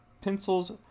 pencils